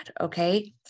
okay